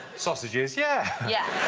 sausages, yeah. yeah.